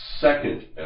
second